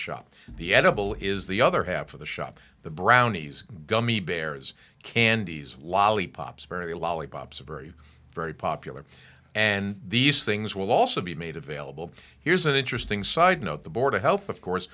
shop the edible is the other half of the shop the brownies gummy bears candies lollipops very lollipops very very popular and these things will also be made available here's an interesting side note the board of health of course